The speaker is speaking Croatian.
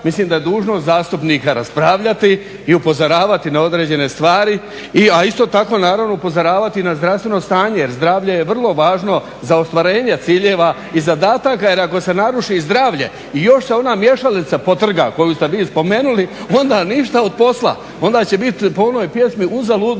Mislim da je dužnost zastupnika raspravljati i upozoravati na određene stvari, a isto tako naravno upozoravati na zdravstveno stanje jer zdravlje je vrlo važno za ostvarenje ciljeva i zadataka jer ako se naruši zdravlje još se ona mješalica potrga koju ste vi spomenuli onda ništa od posla. Onda će biti po onoj pjesmi "Uzalud